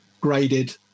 graded